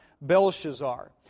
Belshazzar